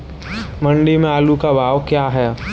मंडी में आलू का भाव क्या है?